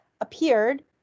appeared